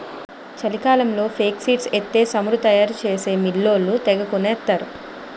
చలికాలంలో ఫేక్సీడ్స్ ఎత్తే సమురు తయారు చేసే మిల్లోళ్ళు తెగకొనేత్తరు